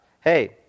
hey